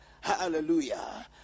hallelujah